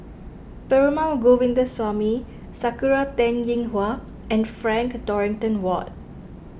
Perumal Govindaswamy Sakura Teng Ying Hua and Frank Dorrington Ward